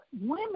women